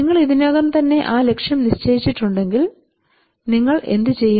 നിങ്ങൾ ഇതിനകം തന്നെ ആ ലക്ഷ്യം നിശ്ചയിച്ചിട്ടുണ്ടെങ്കിൽ നിങ്ങൾ എന്തു ചെയ്യും